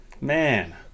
man